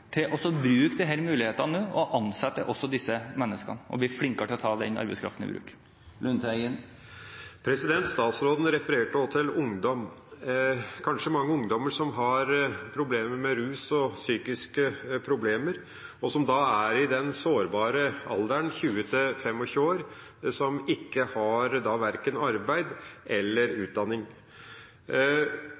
til å bruke disse mulighetene og ansette også disse menneskene og å bli flinkere til å ta denne arbeidskraften i bruk. Statsråden refererte også til ungdom. Mange ungdommer har kanskje problemer med rus og psykiske problemer, er i den sårbare alderen 20–25 år, og har verken arbeid eller utdanning.